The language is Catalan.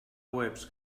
webs